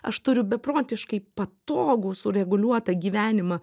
aš turiu beprotiškai patogų sureguliuotą gyvenimą